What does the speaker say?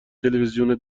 تلویزیون